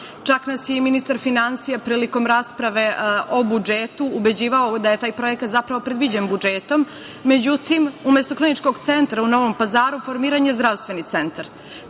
čak nas je i ministar finansija, prilikom rasprave o budžetu, ubeđivao da je taj projekat zapravo predviđen budžetom.Međutim, umesto kliničkog centra u Novom Pazaru, formiran je zdravstveni centar.